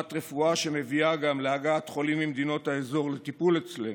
רמת הרפואה מביאה גם להגעת חולים ממדינות האזור לטיפול אצלנו.